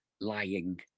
lying